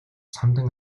самдан